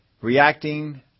Reacting